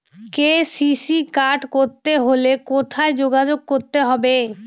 KCC card করতে হলে কোথায় যোগাযোগ করতে হবে?